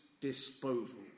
disposal